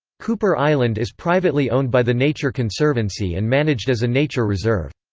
cooper island is privately owned by the nature conservancy and managed as a nature reserve.